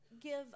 give